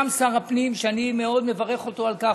גם שר הפנים, ואני מאוד מברך אותו על כך.